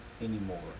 anymore